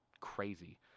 crazy